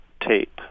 tape